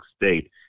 State